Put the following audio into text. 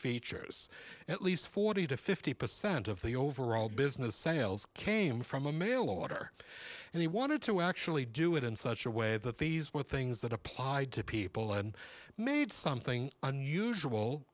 features at least forty to fifty percent of the overall business sales came from a mail order and he wanted to actually do it in such a way that these were things that applied to people and made something unusual